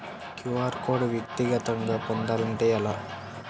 QR code వ్యక్తిగతంగా పొందాలంటే ఎలా?